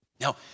Now